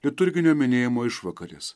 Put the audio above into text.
liturginio minėjimo išvakarės